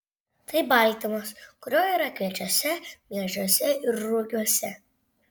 tai baltymas kurio yra kviečiuose miežiuose ir rugiuose